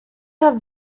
have